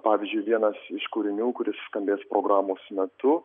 pavyzdžiui vienas iš kūrinių kuris skambės programos metu